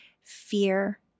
Fear